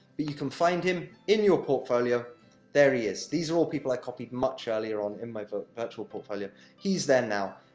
but, you can find him, in your portfolio there he is. these are all people i copied much earlier on, in my virtual portfolio. he's there now,